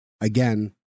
again